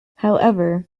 however